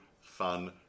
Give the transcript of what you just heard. fun